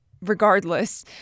regardless